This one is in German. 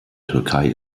türkei